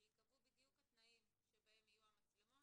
שייקבעו בדיוק התנאים שבהם יהיו המצלמות